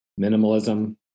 minimalism